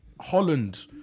Holland